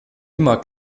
immer